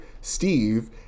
Steve